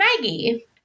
Maggie